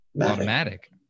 automatic